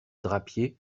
drapier